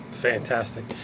Fantastic